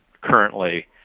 currently